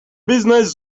business